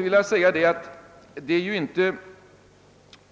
Vidare är det inte